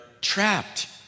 trapped